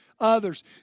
others